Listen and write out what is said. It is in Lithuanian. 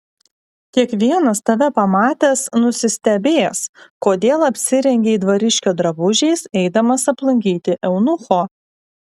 kiekvienas tave pamatęs nusistebės kodėl apsirengei dvariškio drabužiais eidamas aplankyti eunucho